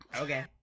Okay